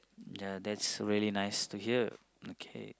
ya that's really nice to hear okay